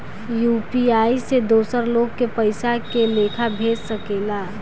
UPI से दोसर लोग के पइसा के लेखा भेज सकेला?